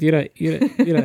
yra ir yra